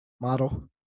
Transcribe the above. model